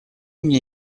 мне